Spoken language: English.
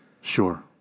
Sure